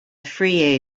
free